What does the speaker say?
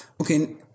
Okay